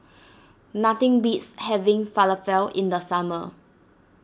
nothing beats having Falafel in the summer